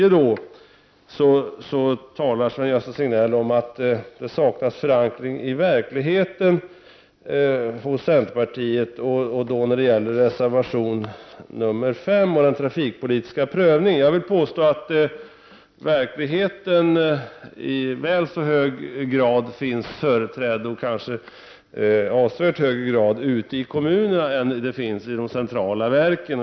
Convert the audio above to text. Vidare talar Sven-Gösta Signell om att det saknas förankring i verkligheten hos centerpartiet när det gäller reservation nr 5 och den trafikpolitiska prövningen. Jag vill påstå att verkligheten i väl så hög grad finns företrädd i centerpartiet och kanske i avsevärt högre grad ute i kommunerna än i de centrala verken.